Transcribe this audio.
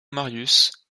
marius